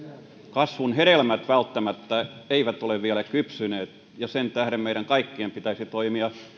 kasvun hedelmät välttämättä eivät ole vielä kypsyneet ja sen tähden meidän kaikkien pitäisi toimia